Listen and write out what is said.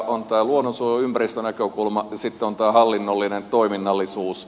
on tämä luonnonsuojeluympäristö näkökulma ja sitten on tämä hallinnollinen toiminnallisuus